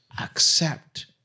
accept